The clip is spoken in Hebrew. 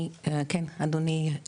אדוני,